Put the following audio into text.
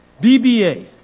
BBA